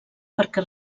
perquè